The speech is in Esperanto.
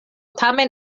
tamen